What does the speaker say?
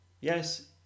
Yes